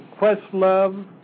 Questlove